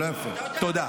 מדינה